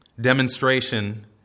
demonstration